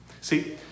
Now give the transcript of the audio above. See